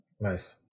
Nice